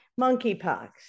monkeypox